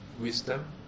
wisdom